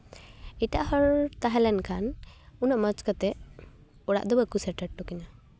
ᱮᱴᱟᱜ ᱦᱚᱲ ᱛᱟᱦᱮᱸ ᱞᱮᱱᱠᱷᱟᱱ ᱩᱱᱟᱹᱜ ᱢᱚᱡᱽ ᱠᱟᱛᱮᱜ ᱚᱲᱟᱜ ᱫᱚ ᱵᱟᱠᱚ ᱥᱮᱴᱮᱨ ᱦᱚᱴᱚ ᱠᱟᱹᱧᱼᱟ